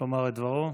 לומר את דברו.